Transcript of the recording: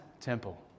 temple